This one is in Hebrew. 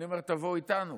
אני אומר: תבואו איתנו.